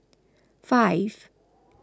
five